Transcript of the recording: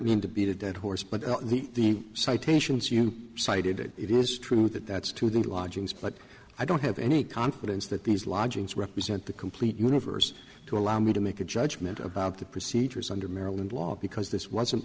mean to beat a dead horse but the citations you cited it is true that that's to the lodgings but i don't have any confidence that these lodgings represent the complete universe to allow me to make a judgment about the procedures under maryland law because this wasn't